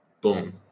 boom